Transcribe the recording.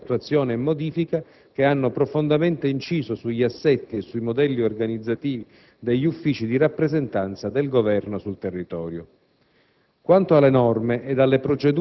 nonché dai conseguenti provvedimenti di attuazione e modifica che hanno profondamente inciso sugli assetti e sui modelli organizzativi degli uffici di rappresentanza del Governo sul territorio.